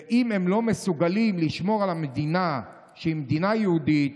ואם הם לא מסוגלים לשמור על המדינה שהיא מדינה יהודית,